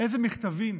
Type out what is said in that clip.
איזה מכתבים,